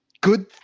Good –